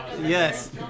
Yes